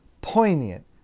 poignant